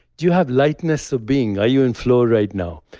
do you have lightness of being? are you in flow right now?